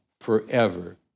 forever